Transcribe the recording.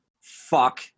fuck